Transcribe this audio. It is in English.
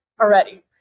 already